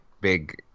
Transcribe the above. big